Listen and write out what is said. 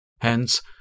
Hence